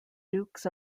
dukes